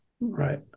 right